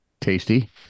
tasty